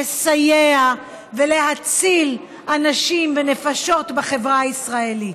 לסייע ולהציל אנשים ונפשות בחברה הישראלית.